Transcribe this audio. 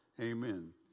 Amen